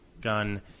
gun